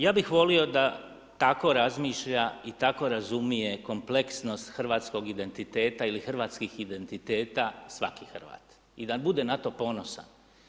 Ja bi volio da tako razmišlja i tako razumije kompleksnost hrvatskog identiteta ili hrvatskih identiteta svaki Hrvat i da bude na to ponosan.